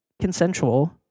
consensual